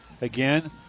again